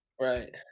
Right